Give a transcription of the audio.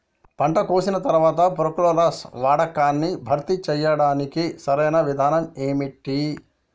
పంట కోసిన తర్వాత ప్రోక్లోరాక్స్ వాడకాన్ని భర్తీ చేయడానికి సరియైన విధానం ఏమిటి?